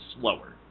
slower